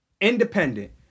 Independent